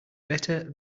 better